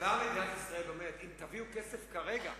באה מדינת ישראל ואומרת: אם תביאו כסף כרגע,